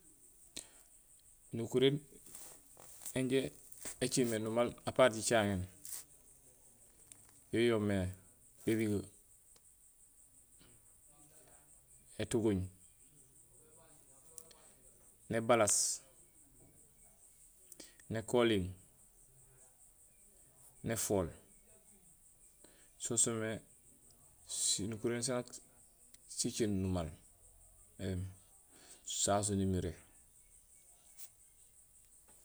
Ēnukuréén yanja écéén mé numaal apaar jicaŋéén yo yoomé ériige, étuguuñ, nébalaas, nékoliiŋ, néfool; So soomé sinukuréén sanaak si ciin numaal éém sasé nimiré